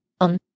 on